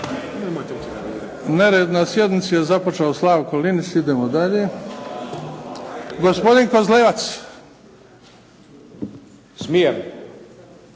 Nered na sjednici je započeo Slavko Linić. Idemo dalje. Gospodin Kozlevac.